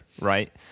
right